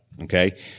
Okay